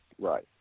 right